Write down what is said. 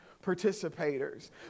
Participators